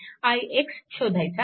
ix शोधायचा आहे